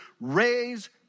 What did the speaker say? raise